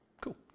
Cool